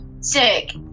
sick